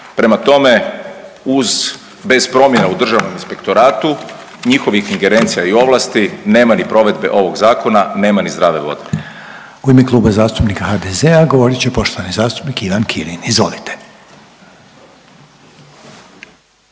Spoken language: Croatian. Prema tome, uz bez promjena u Državnom inspektoratu njihovih ingerencija i ovlasti nema ni provedbe ovog zakona, nema ni zdrave vode. **Reiner, Željko (HDZ)** U ime Kluba zastupnika HDZ-a govorit će poštovani zastupnik Ivan Kirin. Izvolite.